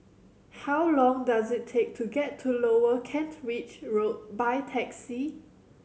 how long does it take to get to Lower Kent Ridge Road by taxi